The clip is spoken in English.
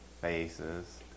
faces